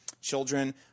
children